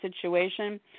situation